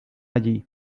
allí